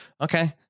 okay